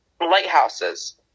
Lighthouses